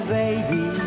baby